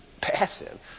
passive